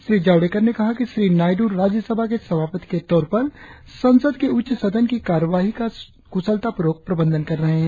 श्री जावड़ेकर ने कहा कि श्री नायडू राज्य सभा के सभापति के तौर पर संसद के उच्च सदन की कार्यवाही का कुशलतापूर्वक प्रबंधन कर रहे है